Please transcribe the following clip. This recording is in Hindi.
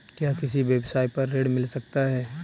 क्या किसी व्यवसाय पर ऋण मिल सकता है?